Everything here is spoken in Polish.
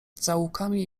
zaułkami